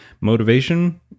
Motivation